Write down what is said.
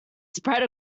spread